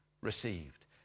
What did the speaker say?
received